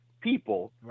people